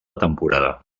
temporada